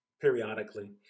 periodically